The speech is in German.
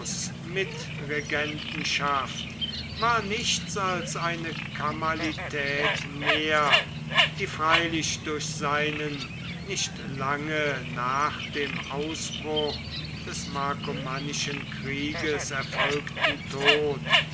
verus mitregentschaft war nichts als eine kalamität mehr die freilich durch seinen nicht lange nach dem ausbruch des markomannischen krieges erfolgten tod